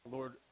Lord